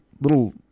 little